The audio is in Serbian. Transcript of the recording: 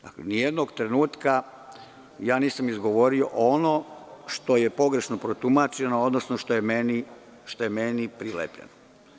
Dakle, nijednog trenutka nisam izgovorio ono što je pogrešno protumačeno, odnosno što je meni prilepljeno.